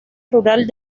rural